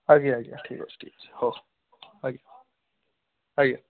ଆଜ୍ଞା ଆଜ୍ଞା ଠିକ୍ ଅଛି ଠିକ୍ ଅଛି ହଉ ଆଜ୍ଞା ଆଜ୍ଞା